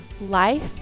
life